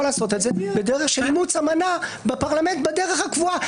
לעשות את זה בדרך של אימוץ אמנה בפרלמנט בדרך הקבועה.